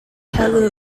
helen